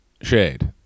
shade